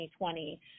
2020